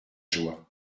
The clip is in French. joie